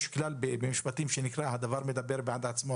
יש כלל במשפטים שנקרא "הדבר מדבר בעד עצמו",